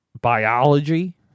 biology